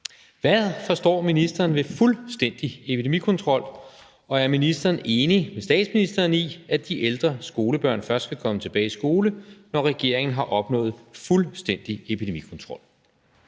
Hvad forstår ministeren ved fuldstændig epidemikontrol, og er ministeren enig med statsministeren i, at de ældre skolebørn først kan komme tilbage i skole, når regeringen har opnået fuldstændig epidemikontrol?